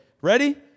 Ready